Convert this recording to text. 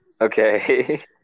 Okay